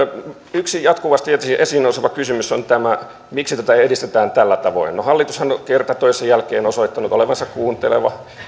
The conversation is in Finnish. yksi jatkuvasti esiin nouseva kysymys on tämä miksi tätä edistetään tällä tavoin no hallitushan kerta toisensa jälkeen on osoittanut olevansa kuunteleva